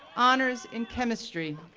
honors in chemistry,